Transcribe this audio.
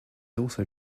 also